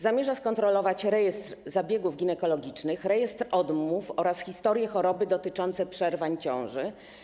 Zamierza skontrolować rejestr zabiegów ginekologicznych, rejestr odmów oraz historie chorób związane z przerwaniem ciąży.